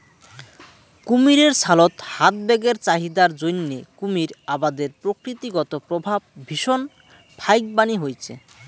কুমীরের ছালত হাত ব্যাগের চাহিদার জইন্যে কুমীর আবাদের প্রকৃতিগত প্রভাব ভীষণ ফাইকবানী হইচে